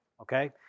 Okay